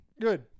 Good